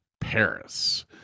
Paris